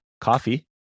coffee